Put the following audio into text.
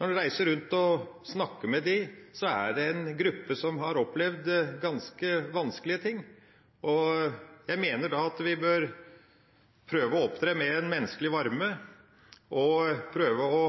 Når en reiser rundt og snakker med dem, er det en gruppe som har opplevd ganske vanskelige ting. Jeg mener da at vi bør prøve å opptre med en menneskelig varme og prøve å